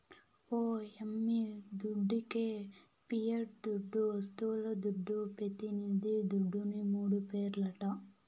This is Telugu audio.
ఓ యమ్మీ దుడ్డికే పియట్ దుడ్డు, వస్తువుల దుడ్డు, పెతినిది దుడ్డుని మూడు పేర్లట